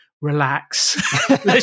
Relax